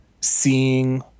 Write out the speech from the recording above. seeing